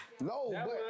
No